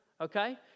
Okay